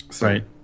Right